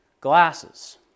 glasses